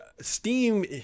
Steam